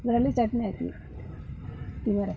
ಮೊದಲು ಚಟ್ನಿ ಹಾಕ್ಬೇಕು ತಿಮರೆ